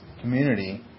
community